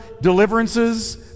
deliverances